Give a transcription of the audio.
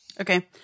okay